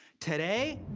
today,